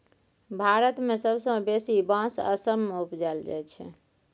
भारत मे सबसँ बेसी बाँस असम मे उपजाएल जाइ छै